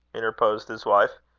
interposed his wife.